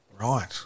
Right